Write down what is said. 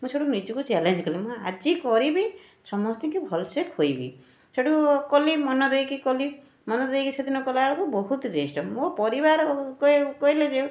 ମୁଁ ସେଇଠୁ ନିଜକୁ ଚ୍ୟାଲେଞ୍ଜ କଲି ମୁଁ ଆଜି କରିବି ସମସ୍ତଙ୍କି ଭଲସେ ଖୋଇବି ସେଇଠୁ କଲି ମନ ଦେଇକି କଲି ମନ ଦେଇକି ସେଦିନ କଲାବେଳକୁ ବହୁତ ମୋ ପରିବାର କହିଲେ ଯେ